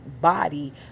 body